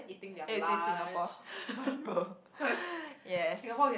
then you see Singapore yes